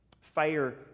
Fire